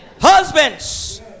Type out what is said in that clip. Husbands